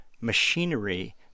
machinery